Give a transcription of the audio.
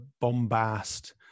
bombast